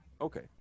Okay